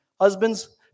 Husbands